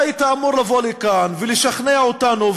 אתה היית אמור לבוא לכאן ולשכנע אותנו,